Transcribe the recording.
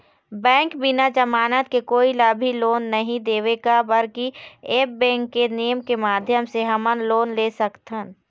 Bank बिना जमानत के कोई ला भी लोन नहीं देवे का बर की ऐप बैंक के नेम के माध्यम से हमन लोन ले सकथन?